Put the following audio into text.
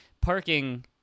parking